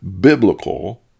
biblical